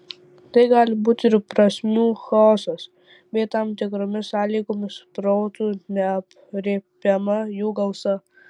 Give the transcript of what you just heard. tai gali būti ir prasmių chaosas bei tam tikromis sąlygomis protu neaprėpiama jų gausa